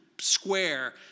square